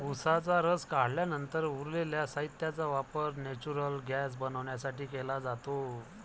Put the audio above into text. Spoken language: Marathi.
उसाचा रस काढल्यानंतर उरलेल्या साहित्याचा वापर नेचुरल गैस बनवण्यासाठी केला जातो